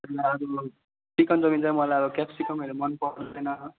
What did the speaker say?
अन्त अरू chicken chowmein चाहिँ अब क्याप्सिकमहरू मनपर्दैन